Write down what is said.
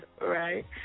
Right